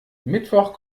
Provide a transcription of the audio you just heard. mittwoch